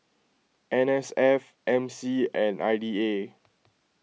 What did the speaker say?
N S F M C and I D A